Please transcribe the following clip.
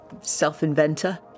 self-inventor